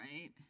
right